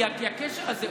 כי הקשר הזה,